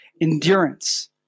endurance